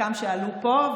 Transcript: שחלקם עלו פה.